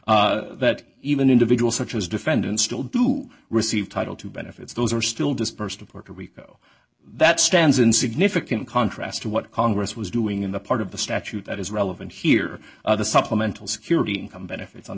that even individual such as defendants still do receive title to benefits those are still disbursed to puerto rico that stands in significant contrast to what congress was doing in the part of the statute that is relevant here the supplemental security income benefits